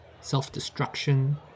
self-destruction